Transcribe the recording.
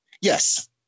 yes